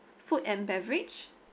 food and beverage